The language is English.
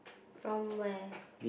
from where